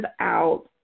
out